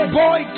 boy